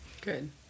good